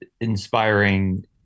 inspiring